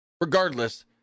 Regardless